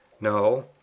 no